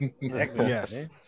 yes